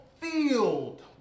field